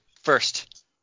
first